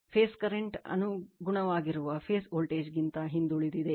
face current ಅನುಗುಣವಾಗಿರುವ phase voltage ಗಿಂತ ಹಿಂದುಳಿದಿದೆ